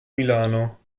milano